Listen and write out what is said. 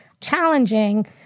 challenging